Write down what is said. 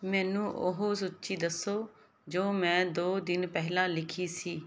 ਮੈਨੂੰ ਉਹ ਸੂਚੀ ਦੱਸੋ ਜੋ ਮੈਂ ਦੋ ਦਿਨ ਪਹਿਲਾਂ ਲਿਖੀ ਸੀ